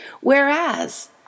Whereas